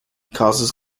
causes